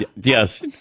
Yes